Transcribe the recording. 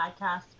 podcast